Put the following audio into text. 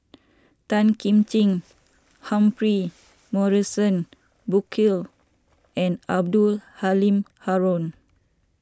Tan Kim Ching Humphrey Morrison Burkill and Abdul Halim Haron